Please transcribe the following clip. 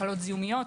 מחלות זיהומיות,